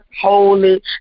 holy